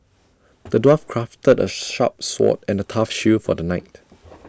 the dwarf crafted A sharp sword and A tough shield for the knight